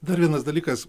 dar vienas dalykas